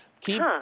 Keep